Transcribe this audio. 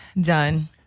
Done